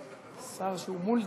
שר שהוא מולטי,